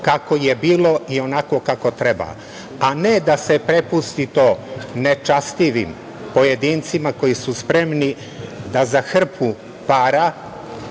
kako je bilo i kako treba, a ne da se prepusti to nečastivim pojedincima koji su spremni da za hrpu para